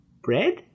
Bread